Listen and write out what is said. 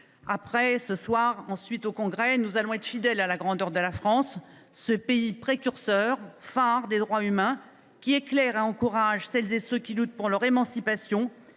Ce soir, puis au Congrès, nous serons fidèles à la grandeur de la France, ce pays précurseur, phare des droits humains, qui éclaire et encourage celles et ceux qui luttent pour leur émancipation.